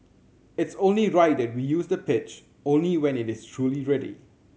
it's only right that we use the pitch only when it is truly ready